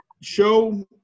show